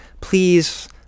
please